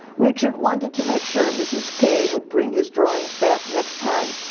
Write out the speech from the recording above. richard wanted to make sure mrs. k would bring his drawings back next time.